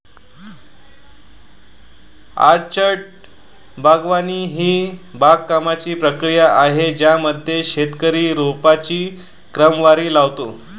orchard बागवानी ही बागकामाची प्रक्रिया आहे ज्यामध्ये शेतकरी रोपांची क्रमवारी लावतो